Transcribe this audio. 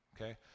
Okay